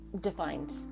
defined